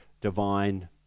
divine